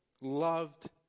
loved